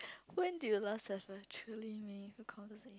when do you last have a truly meaningful conversation